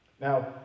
Now